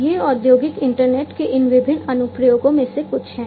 ये औद्योगिक इंटरनेट के इन विभिन्न अनुप्रयोगों में से कुछ हैं